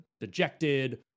dejected